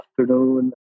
afternoon